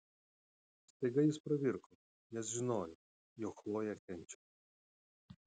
staiga jis pravirko nes žinojo jog chlojė kenčia